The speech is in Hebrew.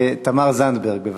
תמר זנדברג, בבקשה.